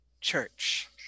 church